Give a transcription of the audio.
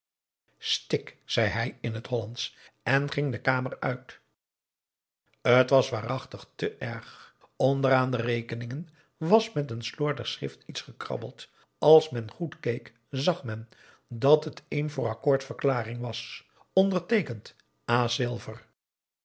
stik zei hij in t hollandsch en ging de kamer uit het was waarachtig te erg onderaan de rekeningen was met een slordig schrift iets gekrabbeld als men goed keek zag men dat het een voor accoord verklaring was onderteekend